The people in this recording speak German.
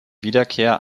wiederkehr